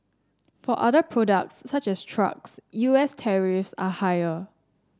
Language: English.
for other products such as trucks U S tariffs are higher